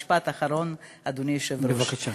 תודה.